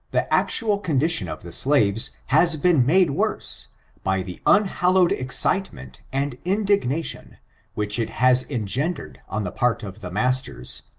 the actual condition of the slaves has been made worse by the unhallowed excitement and indignation which it has engendered on the part of the masters,